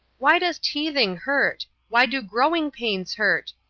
why does teething hurt? why do growing pains hurt?